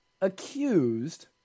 accused